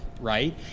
right